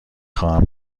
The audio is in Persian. خواهم